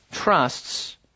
trusts